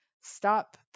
Stop